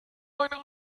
einen